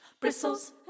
bristles